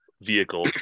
vehicle